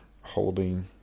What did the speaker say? holding